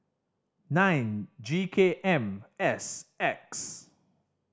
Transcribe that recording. nine G K M S X